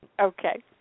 Okay